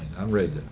i'm ready.